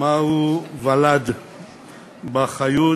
מהו ולד בר-חיות